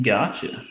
Gotcha